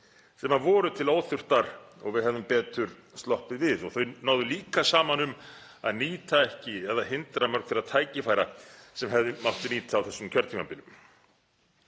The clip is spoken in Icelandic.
saman um sem voru til óþurftar og við hefðum betur sloppið við. Þau náðu líka saman um að nýta ekki eða hindra mörg þeirra tækifæra sem hefði mátt líta á þessu kjörtímabili.